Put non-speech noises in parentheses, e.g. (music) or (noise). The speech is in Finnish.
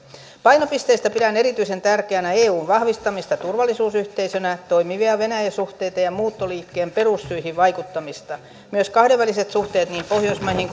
painopisteistä pidän erityisen tärkeänä eun vahvistamista turvallisuusyhteisönä toimivia venäjä suhteita ja muuttoliikkeen perussyihin vaikuttamista myös kahdenväliset suhteet niin pohjoismaihin (unintelligible)